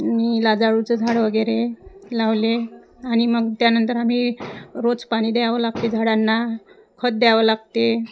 मी लाजळूचं झाड वगैरे लावले आणि मग त्यानंतर आम्ही रोज पाणी द्यावं लागते झाडांना खत द्यावं लागते